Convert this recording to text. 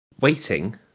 waiting